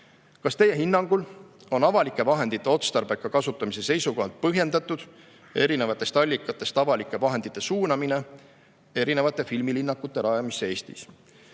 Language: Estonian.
Kas Teie hinnangul on avalike vahendite otstarbeka kasutamise seisukohalt põhjendatud erinevatest allikatest avalike vahendite suunamine erinevate filmilinnakute rajamisse Eestis?